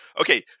Okay